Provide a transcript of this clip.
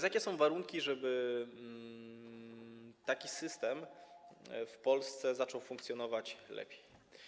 Jakie są warunki, żeby taki system w Polsce zaczął funkcjonować lepiej?